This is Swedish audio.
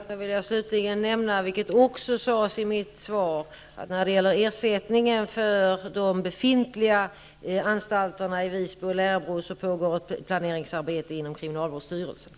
Herr talman! Jag vill slutligen nämna, vilket också sades i mitt svar, att det inom kriminalvårdsstyrelsen pågår ett planeringsarbete vad gäller ersättningen för de befintliga anstalterna i Visby och Lärbro.